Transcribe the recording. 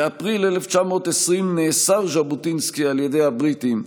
באפריל 1920 נאסר ז'בוטינסקי על ידי הבריטים,